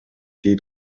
дейт